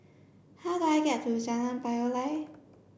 how do I get to Jalan Payoh Lai